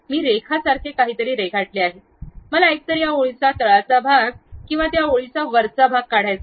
मी रेखासारखे काहीतरी रेखाटले आहे मला एकतर त्या ओळीचा तळाचा भाग किंवा त्या ओळीचा वरचा भाग काढायचा आहे